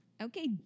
Okay